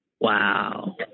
Wow